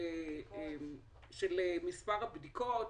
של מספר הבדיקות,